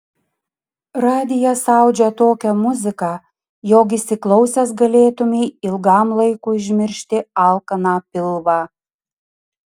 radijas audžia tokią muziką jog įsiklausęs galėtumei ilgam laikui užmiršti alkaną pilvą